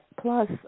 Plus